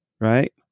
right